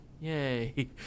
Yay